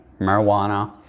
marijuana